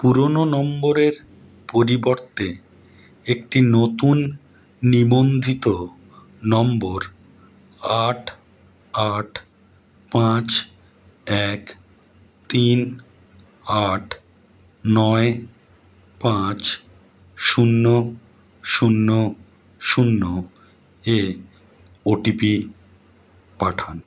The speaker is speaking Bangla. পুরোনো নম্বরের পরিবর্তে একটি নতুন নিবন্ধিত নম্বর আট আট পাঁচ এক তিন আট নয় পাঁচ শূন্য শূন্য শূন্য এ ও টি পি পাঠান